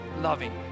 loving